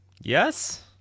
yes